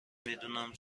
میدونم